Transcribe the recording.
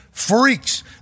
freaks